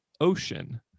Ocean